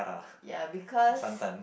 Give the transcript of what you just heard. ya because